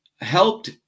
helped